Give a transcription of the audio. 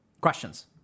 Questions